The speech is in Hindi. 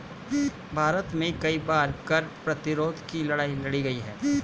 भारत में कई बार कर प्रतिरोध की लड़ाई लड़ी गई है